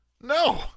No